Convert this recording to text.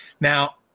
Now